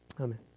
Amen